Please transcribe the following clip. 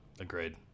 Agreed